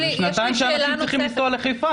זה שנתיים שאנשים צריכים לנסוע לחיפה,